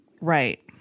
Right